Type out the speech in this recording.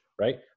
right